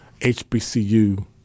HBCU